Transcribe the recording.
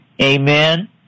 Amen